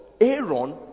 aaron